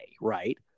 right